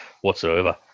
whatsoever